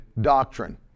doctrine